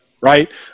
right